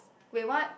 wait what